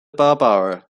barbara